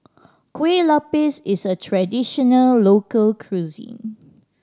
Kueh Lapis is a traditional local cuisine